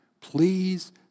Please